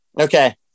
Okay